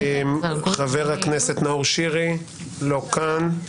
חבר הכנסת נאור שירי לא כאן.